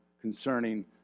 concerning